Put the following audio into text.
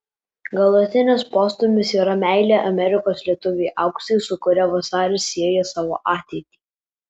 galutinis postūmis yra meilė amerikos lietuvei auksei su kuria vasaris sieja savo ateitį